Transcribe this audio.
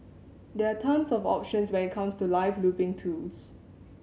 there are tons of options when it comes to live looping tools